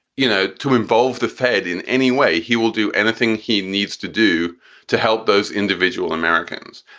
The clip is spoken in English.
you know, to involve the fed in any way, he will do anything he needs to do to help those individual americans.